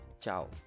Ciao